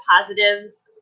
positives